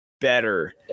better